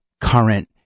current